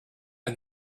and